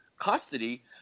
custody